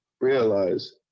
realize